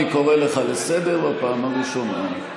אני קורא אותך לסדר בפעם הראשונה.